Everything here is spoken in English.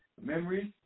memories